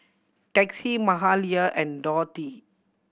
Texie Mahalia and Dorthey